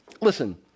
listen